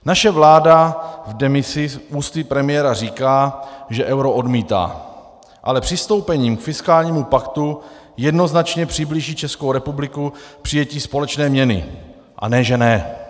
Naše vláda v demisi ústy premiéra říká, že euro odmítá, ale přistoupením k fiskálnímu paktu jednoznačně přiblíží Českou republiku k přijetí společné měny, a ne že ne.